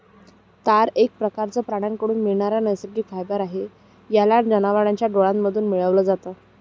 तार एक प्रकारचं प्राण्यांकडून मिळणारा नैसर्गिक फायबर आहे, याला जनावरांच्या डोळ्यांमधून मिळवल जात